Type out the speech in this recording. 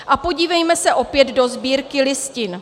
A podívejme se opět do Sbírky listin.